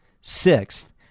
Sixth